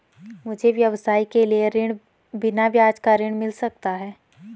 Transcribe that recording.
मुझे व्यवसाय के लिए बिना ब्याज का ऋण मिल सकता है?